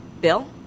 bill